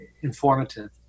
informative